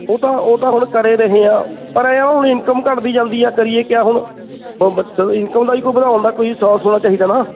ਉਹ ਤਾਂ ਉਹ ਤਾਂ ਹੁਣ ਕਰੇ ਰਹੇ ਹਾਂ ਪਰ ਹੁਣ ਇਨਕਮ ਘੱਟਦੀ ਜਾਂਦੀ ਆ ਕਰੀਏ ਕਿਆ ਹੁਣ ਇਨਕਮ ਦਾ ਕੋਈ ਵਧਾਉਣ ਦਾ ਕੋਈ ਸੌਰਸ ਹੋਣਾ ਚਾਹੀਦਾ ਨਾ